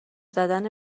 زدن